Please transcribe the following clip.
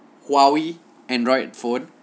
huawei android phone